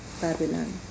Babylon